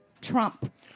Trump